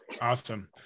Awesome